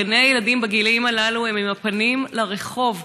גני הילדים בגילים הללו הם עם הפנים לרחוב.